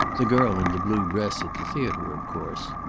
the girl in the blue dress at the theater, of course.